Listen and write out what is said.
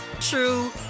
true